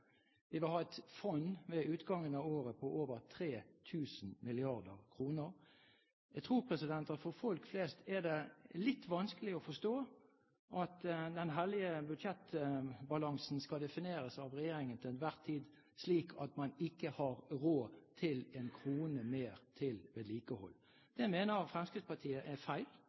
Vi vil ha et fond ved utgangen av året på over 3 000 mrd. kr. Jeg tror at for folk flest er det litt vanskelig å forstå at den hellige budsjettbalansen til enhver tid skal defineres av regjeringen slik at man ikke har råd til en krone mer til vedlikehold. Det mener Fremskrittspartiet er feil.